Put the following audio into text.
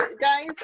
guys